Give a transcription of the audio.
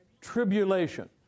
tribulation